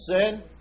Sin